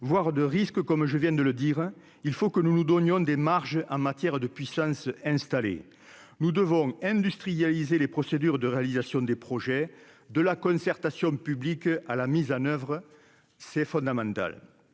voire de risques comme je viens de le dire, hein, il faut que nous nous donnions des marges en matière de puissance installée, nous devons industrialiser les procédures de réalisation des projets de la concertation publique à la mise en oeuvre, c'est fondamental